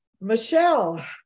Michelle